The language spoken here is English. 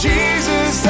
Jesus